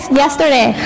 yesterday